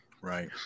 Right